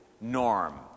Norm